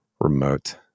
remote